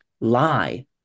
lie